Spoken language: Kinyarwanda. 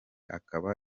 akaba